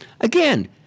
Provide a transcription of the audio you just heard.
Again